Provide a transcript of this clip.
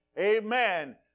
Amen